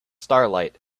starlight